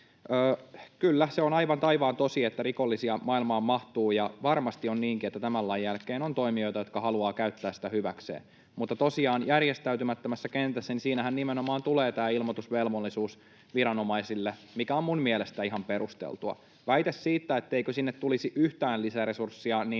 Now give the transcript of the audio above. Kyllä, se on aivan taivaan tosi, että rikollisia maailmaan mahtuu ja varmasti on niinkin, että tämän lain jälkeen on toimijoita, jotka haluavat käyttää sitä hyväkseen. Mutta tosiaan järjestäytymättömässä kentässähän nimenomaan tulee tämä ilmoitusvelvollisuus viranomaisille, mikä on minun mielestäni ihan perusteltua. Väite siitä, etteikö sinne tulisi yhtään lisäresurssia,